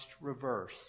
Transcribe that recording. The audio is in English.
reverse